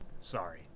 Sorry